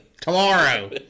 tomorrow